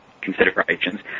considerations